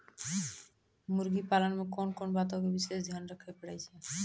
मुर्गी पालन मे कोंन बातो के विशेष ध्यान रखे पड़ै छै?